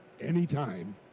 anytime